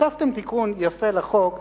הוספתם תיקון יפה לחוק,